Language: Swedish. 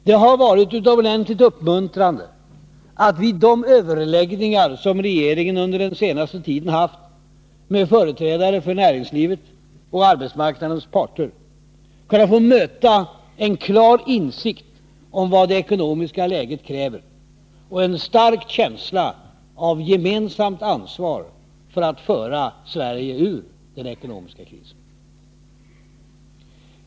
Det har varit utomordentligt uppmuntrande att vid de överläggningar som regeringen under den senaste tiden haft med företrädare för näringslivet och arbetsmarknadens parter kunna få möta en klar insikt om vad det ekonomiska läget kräver och en stark känsla av gemensamt ansvar för att föra Sverige ur den ekonomiska krisen.